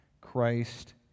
Christ